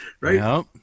Right